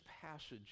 passage